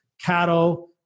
Cattle